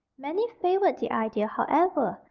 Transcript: many favoured the idea, however,